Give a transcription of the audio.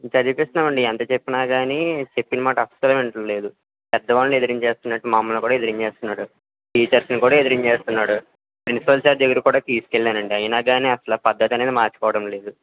చదివిస్తున్నామండీ ఎంత చెప్పినా కానీ చెప్పిన మాట అస్సలు వింటంలేదు పెద్దవాళ్ళని ఎదిరించేస్తున్నట్టు మమ్మల్ని కూడా ఎదిరించేస్తున్నాడు టీచర్స్ని కూడా ఎదిరించేస్తున్నాడు ప్రిన్సిపల్ సార్ దగ్గర కూడా తీసుకెళ్ళానండి అయినా కానీ అసలు ఆ పద్ధతి అనేది మార్చుకోవడం లేదు